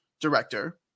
director